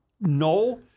No